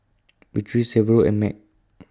Beatriz Severo and Meg